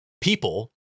people